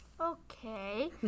okay